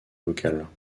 locales